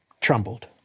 trembled